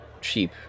cheap